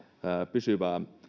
pysyvää